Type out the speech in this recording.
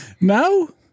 No